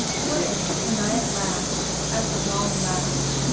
what if, when i at last, at the long last,